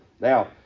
Now